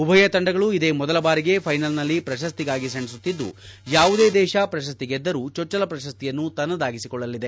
ಉಭಯ ತಂಡಗಳು ಇದೇ ಮೊದಲ ಬಾರಿಗೆ ಫೈನಲ್ನಲ್ಲಿ ಪ್ರಶಸ್ತಿಗಾಗಿ ಸೆಣಸುತ್ತಿದ್ದು ಯಾವುದೇ ದೇಶ ಪ್ರಶಸ್ತಿ ಗೆದ್ದರೂ ಚೊಚ್ಚಲ ಪ್ರಶಸ್ತಿಯನ್ನು ತನ್ನದಾಗಿಸಿಕೊಳ್ಳಲಿದೆ